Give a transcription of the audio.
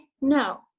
No